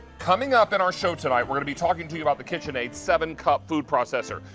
coming up in our show tonight we will be talking to about the kitchen eighty seven cup food processor.